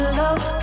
love